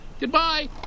Goodbye